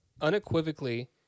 unequivocally